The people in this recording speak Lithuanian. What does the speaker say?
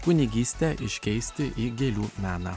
kunigystę iškeisti į gėlių meną